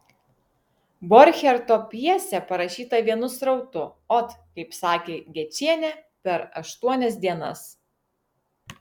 borcherto pjesė parašyta vienu srautu ot kaip sakė gečienė per aštuonias dienas